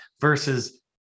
versus